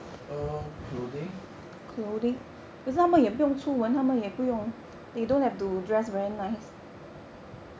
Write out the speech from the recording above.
err clothings